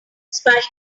spiders